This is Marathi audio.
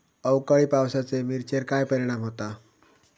अवकाळी पावसाचे मिरचेर काय परिणाम होता?